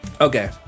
Okay